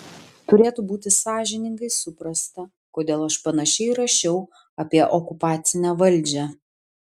turėtų būti sąžiningai suprasta kodėl aš panašiai rašiau apie okupacinę valdžią